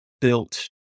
built